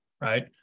right